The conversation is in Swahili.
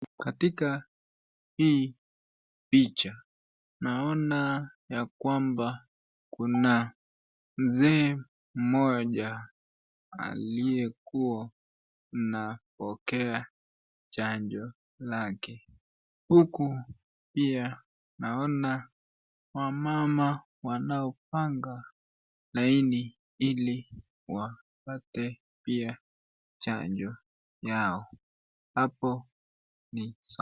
Katika hii picha naona ya kwamba kuna mzee mmoja aliyekuwa anapokea chanjo lake huku pia naona wamama wanaopanga laini ili wapate pia chanjo yao.